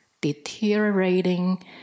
deteriorating